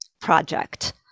project